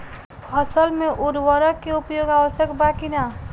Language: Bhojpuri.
फसल में उर्वरक के उपयोग आवश्यक बा कि न?